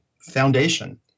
foundation